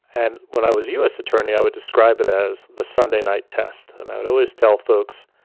and when i was us attorney, i would describe it as the sunday night test. and i would always tell folks,